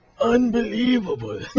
Unbelievable